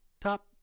top